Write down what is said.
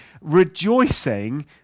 rejoicing